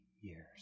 years